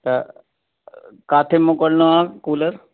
त किथे मोकिलनो आहे कूलर